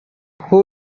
who